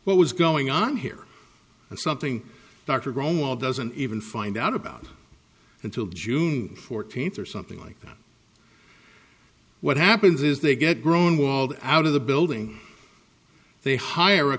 what was going on here and something dr graham well doesn't even find out about until june fourteenth or something like that what happens is they get grown walled out of the building they hire a